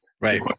Right